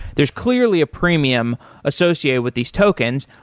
there's clearly a premium associated with these tokens.